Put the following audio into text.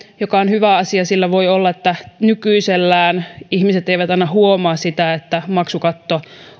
se on hyvä asia sillä voi olla että nykyisellään ihmiset eivät aina huomaa sitä että maksukatto